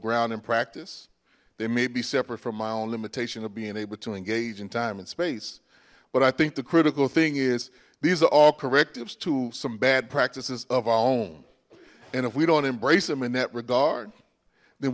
ground in practice they may be separate from my own limitation of being able to engage in time and space but i think the critical thing is these are all correctives to some bad practices of our own and if we don't embrace them in that regard then